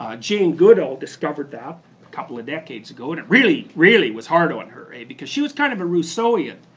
ah jane goodall discovered that a couple of decades ago and it really, really was hard on her because she was kind of a rousseauian.